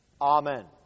Amen